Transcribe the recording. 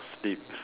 sleep